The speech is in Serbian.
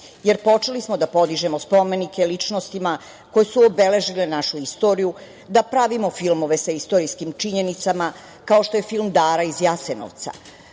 jer počeli smo da podižemo spomenike ličnostima koje su obeležile našu istoriju, da pravimo filmove sa istorijskim činjenicama, kao što je film „Dara iz Jasenovca“.